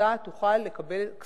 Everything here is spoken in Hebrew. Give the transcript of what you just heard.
העמותה תוכל לקבל את הכספים.